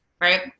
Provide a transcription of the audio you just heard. Right